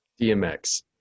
DMX